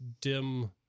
dim